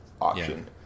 option